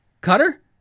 Cutter